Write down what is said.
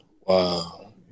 Wow